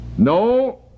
No